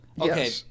Okay